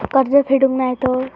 कर्ज फेडूक नाय तर?